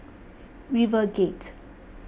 RiverGate